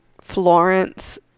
Florence